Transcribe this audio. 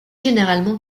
généralement